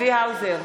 צבי האוזר,